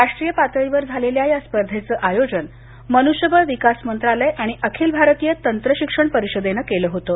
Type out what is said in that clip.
राष्ट्रीय पातळीवर झालेल्या या स्पर्धेचं आयोजन मनुष्यबळ विकास मंत्रालय आणि अखिल भारतीय तंत्रशिक्षण परिषदेनं केलं होतं